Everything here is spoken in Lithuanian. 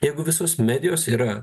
jeigu visos medijos yra